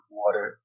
water